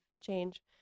change